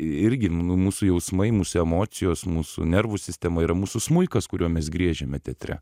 irgi manau mūsų jausmai mūsų emocijos mūsų nervų sistema yra mūsų smuikas kuriuo mes griežiame teatre